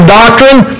doctrine